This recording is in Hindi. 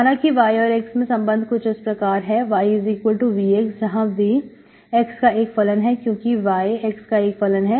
माना कि y और x मैं संबंध कुछ इस प्रकार है yVx जहां V x का एक फलन है क्योंकि y x का एक फलन है